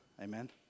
Amen